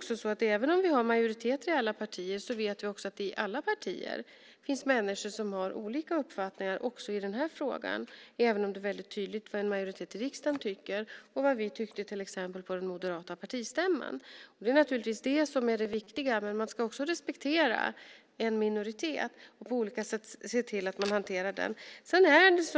ska säga att även om det finns majoriteter i alla partier vet vi också att det i alla partier finns människor som har olika uppfattningar också i den här frågan - även om det är tydligt vad en majoritet i riksdagen tycker och vad vi tyckte på till exempel den moderata partistämman. Det är naturligtvis det viktiga, men man ska också respektera en minoritet och på olika sätt se till att den blir hanterad.